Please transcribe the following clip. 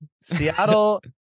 Seattle